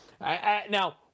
Now